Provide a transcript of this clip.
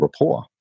rapport